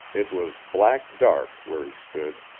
it was black dark, where he stood.